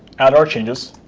add our changes.